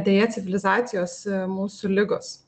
deja civilizacijos mūsų ligos